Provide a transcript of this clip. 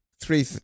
Three